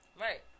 Right